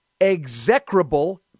execrable